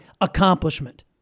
accomplishment